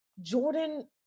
Jordan